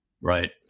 right